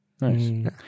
Nice